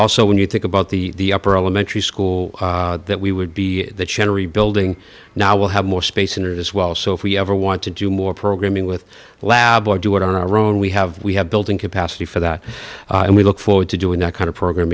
also when you think about the upper elementary school that we would be that generally building now will have more space in it as well so if we ever want to do more programming with the lab or do it on our own we have we have building capacity for that and we look forward to doing that kind of program